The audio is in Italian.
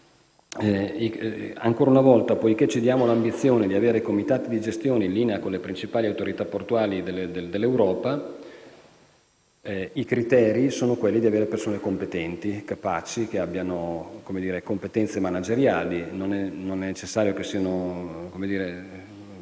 Ancora una volta, poiché ci diamo l'ambizione di avere comitati di gestione linea con le principali autorità portuali d'Europa, i criteri sono quelli di avere persone competenti, capaci, e che abbiano competenze manageriali. Non è necessario che abbiano